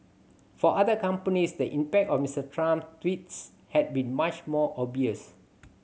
for other companies the impact of Mister Trump tweets has been much more obvious